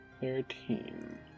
Thirteen